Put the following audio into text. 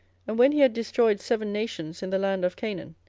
and when he had destroyed seven nations in the land of chanaan,